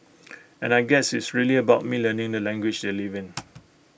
and I guess it's really about me learning the language they live in